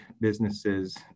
businesses